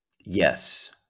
yes